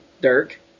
Dirk